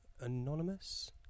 Anonymous